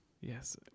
yes